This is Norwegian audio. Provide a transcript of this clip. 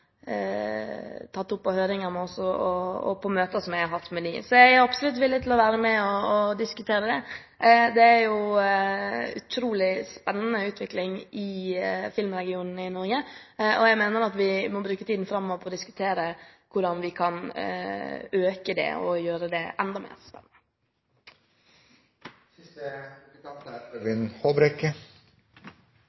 tatt opp i høringer med oss og i møter som jeg har hatt med dem. Jeg er absolutt villig til å være med og diskutere det. Det er en utrolig spennende utvikling i filmregionene i Norge, og jeg mener at vi må bruke tiden framover på å diskutere hvordan vi kan øke den og gjøre den enda mer spennende.